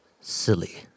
silly